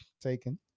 Taken